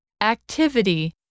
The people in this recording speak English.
activity